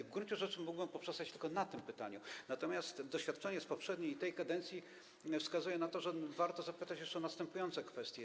W gruncie rzeczy mógłbym poprzestać tylko na tym pytaniu, natomiast doświadczenie z kadencji poprzedniej i z tej kadencji wskazuje na to, że warto zapytać jeszcze o następujące kwestie.